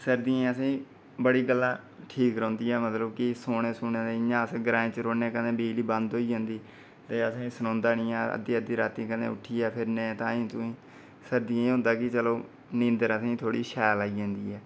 सर्दियें च बड़ियां गल्लां ठीक रौंह्दियां मतलब सोने दी अस ग्रांएं च रौंह्न्ने कदें बिजली बंद होई जंदी ते असेंगी सनोंदा निं ऐ अद्धी अद्धी रातीं कदें उट्ठियै फिरने ताहीं तुआहीं ते सर्दियें च होंदा कि चलो नींदर असेंगी थोह्ड़ी शैल आई जंदी ऐ